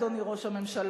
אדוני ראש הממשלה,